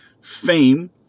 fame